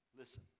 Listen